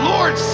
Lord